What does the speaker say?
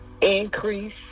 increase